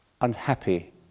unhappy